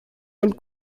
und